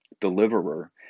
deliverer